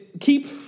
Keep